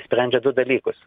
sprendžia du dalykus